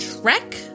Trek